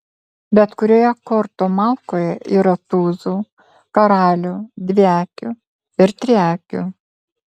bet kurioje kortų malkoje yra tūzų karalių dviakių ir triakių